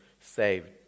saved